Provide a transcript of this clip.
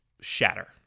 shatter